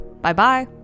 Bye-bye